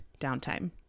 downtime